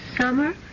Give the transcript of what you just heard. summer